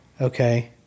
Okay